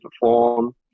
perform